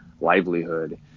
livelihood